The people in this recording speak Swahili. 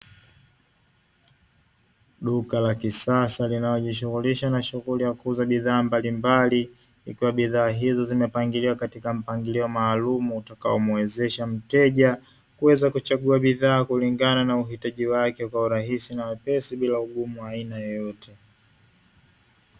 Duka la kisasa linalojishughulisha na shughuli ya kuuza bidhaa mbalimbali, ikiwa bidhaa hizo zimepangiliwa katika mpangilio maalumu utakaomuwezesha mteja, kuweza kuchagua bidhaa kulingana na uhitaji wake kwa urahisi na uwepesi bila ugumu wa aina yoyote.